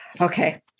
Okay